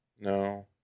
No